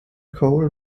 cole